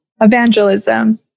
evangelism